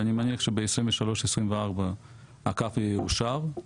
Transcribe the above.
ואני מניח שב-2023-2024 הקו יאושר.